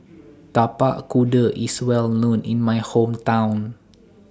Tapak Kuda IS Well known in My Hometown